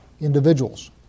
individuals